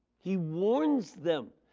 he warns them.